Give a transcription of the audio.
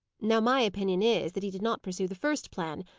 now, my opinion is, that he did not pursue the first plan,